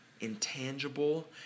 intangible